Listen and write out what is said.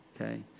okay